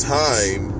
time